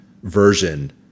version